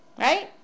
right